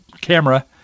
camera